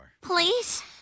Please